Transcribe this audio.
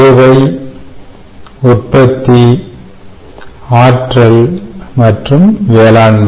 சேவை உற்பத்தி ஆற்றல் மற்றும் வேளாண்மை